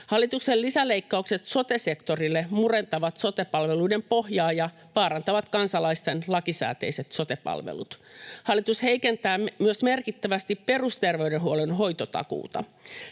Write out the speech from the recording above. Hallituksen lisäleikkaukset sote-sektorille murentavat sote-palveluiden pohjaa ja vaarantavat kansalaisten lakisääteiset sote-palvelut. Hallitus heikentää merkittävästi myös perusterveydenhuollon hoitotakuuta.